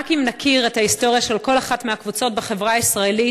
רק אם נכיר את ההיסטוריה של כל אחת מהקבוצות בחברה הישראלית